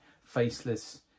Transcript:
faceless